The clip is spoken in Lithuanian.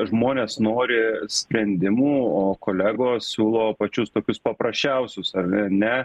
žmonės nori sprendimų o kolegos siūlo pačius tokius paprasčiausius ar ne